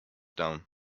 down